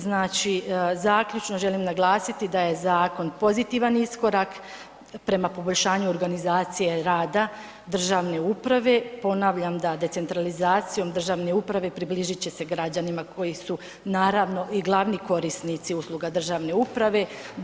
Znači zaključno želim naglasiti da je zakon pozitivan iskorak prema poboljšanju organizacije rada državne uprave, ponavljam da decentralizacijom državne uprave približit će se građanima koji su naravno i glavni korisnici usluga državne uprave.